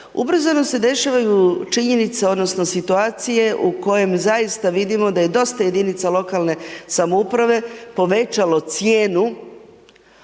Ubrzano se dešavaju činjenice, odnosno, situacije u kojoj zaista vidimo da je dosta jedinice lokalne samouprave, povećalo cijenu